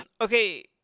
Okay